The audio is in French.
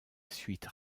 suite